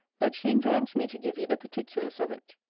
that she enjoins me to give you the particulars of it.